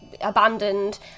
abandoned